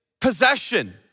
possession